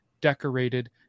decorated